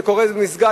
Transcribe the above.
של מה שקורה במסגד,